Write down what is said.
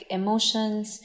emotions